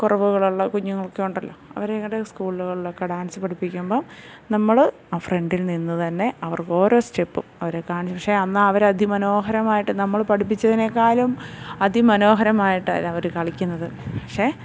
കുറവുകളുള്ള കുഞ്ഞുങ്ങളൊക്കെ ഉണ്ടല്ലോ അവരുടെ സ്കൂളുകളിലൊക്കെ ഡാൻസ് പഠിപ്പിക്കുമ്പോൾ നമ്മൾ ആ ഫ്രണ്ടിൽ നിന്ന് തന്നെ അവർക്ക് ഓരോ സ്റ്റെപ്പും അവരെ കാണിച്ച് പക്ഷെ എന്നാൽ അവർ അതിമനോഹരമായിട്ട് നമ്മൾ പഠിപ്പിച്ചതിനെക്കാളും അതിമനോഹരമായിട്ടാണ് അവർ കളിക്കുന്നത് പക്ഷെ